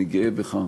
אני גאה בך.